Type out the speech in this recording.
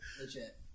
legit